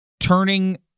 Turning